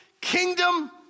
kingdom